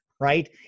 right